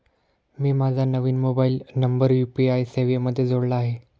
मी माझा नवीन mobile number UPI सेवेमध्ये जोडला आहे